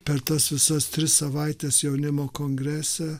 per tas visas tris savaites jaunimo kongrese